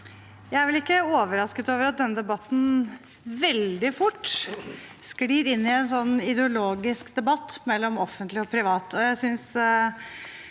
Jeg er ikke overrasket over at denne debatten veldig fort skled inn en ideologisk debatt om offentlig og privat.